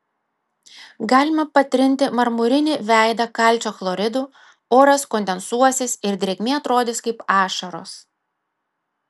galima patrinti marmurinį veidą kalcio chloridu oras kondensuosis ir drėgmė atrodys kaip ašaros